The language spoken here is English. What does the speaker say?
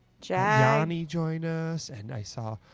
johnny joined us. and i saw, ah,